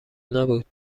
نبود